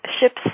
ships